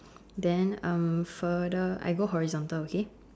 then um further I go horizontal okay